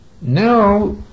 Now